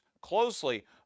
closely